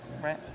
right